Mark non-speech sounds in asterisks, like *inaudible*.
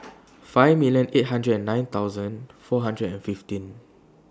*noise* five million eight hundred and nine thousand four hundred and fifteen